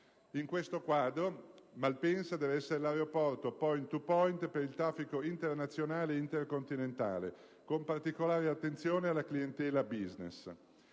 In questo quadro Malpensa deve essere l'aeroporto *point to* *point* per il traffico internazionale e intercontinentale, con particolare attenzione alla clientela *business*.